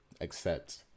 accept